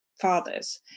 fathers